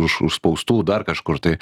už užspaustų dar kažkur tai